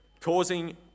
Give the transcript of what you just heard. causing